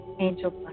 Angel